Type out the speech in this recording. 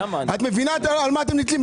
את מבינה על מה אתם נתלים,